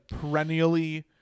perennially